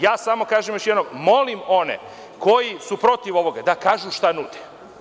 Ja samo kažem još jednom, molim one koji su protiv ovoga, da kažu šta nude.